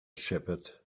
shepherd